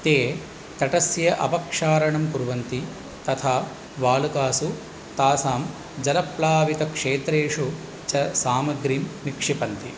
ते तटस्य अपक्षारणं कुर्वन्ति तथा वालुकासु तासां जलप्लावितक्षेत्रेषु च सामग्रिं निक्षिपन्ति